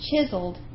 chiseled